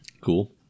cool